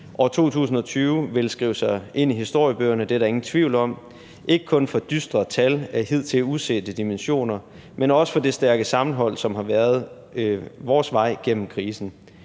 År 2020 vil skrive sig ind i historiebøgerne, det er der ingen tvivl om, ikke kun for dystre tal af hidtil usete dimensioner, men også for det stærke sammenhold, som har været vores vej gennem krisen.